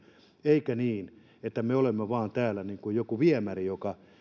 eikä niin että me olemme vain täällä joku viemäri joka